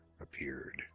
appeared